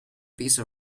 piece